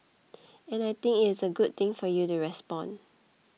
and I think it's a good thing for you to respond